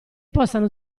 possano